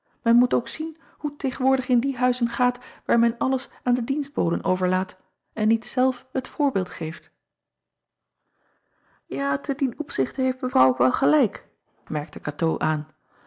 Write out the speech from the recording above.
en moet ook zien hoe t tegenwoordig in die huizen gaat waar men alles aan de dienstboden overlaat en niet zelf het voorbeeld geeft a te dien opzichte heeft evrouw ook wel gelijk merkte atoo aan